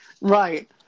Right